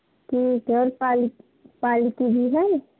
ठीक है और पाली पाली पूरी है